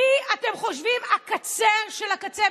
מי אתם חושבים בקצה של הקצה?